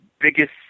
biggest